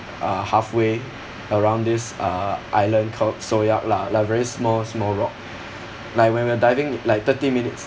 uh halfway around this uh island called soyak lah like very small small rock like when we were diving like thirty minutes